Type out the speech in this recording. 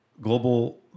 Global